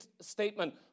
statement